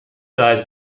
dies